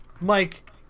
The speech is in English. Mike